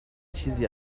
چیزی